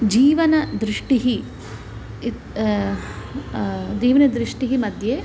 जीवनदृष्टिः इत् जीवनदृष्टिमध्ये